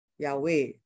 Yahweh